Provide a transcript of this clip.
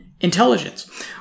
intelligence